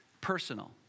personal